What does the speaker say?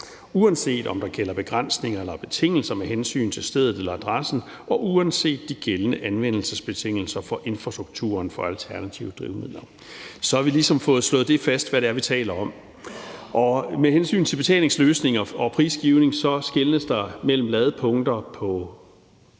uanset om der gælder begrænsninger eller betingelser med hensyn til stedet eller adressen, og uanset de gældende anvendelsesbetingelser for infrastrukturen for alternative drivmidler. Så har vi ligesom fået slået fast, hvad det er, vi taler om. Med hensyn til betalingsløsninger og prisgivning skelnes der mellem ladepunkter på